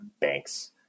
banks